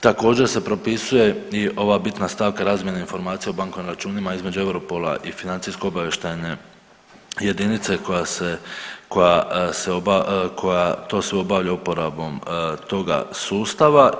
Također se propisuje i ova bitna stavka razmjena informacija o bankovnim računima između EUROPOL-a i financijsko-obavještajne jedinice koja to sve obavlja uporabom toga sustava.